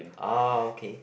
ah okay